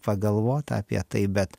pagalvot apie tai bet